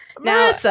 Now